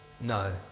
no